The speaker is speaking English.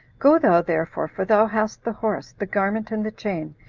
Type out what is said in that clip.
go thou therefore, for thou hast the horse, the garment, and the chain,